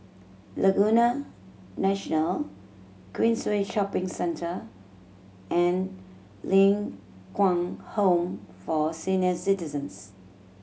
Laguna National Queensway Shopping Centre and Ling Kwang Home for Senior Citizens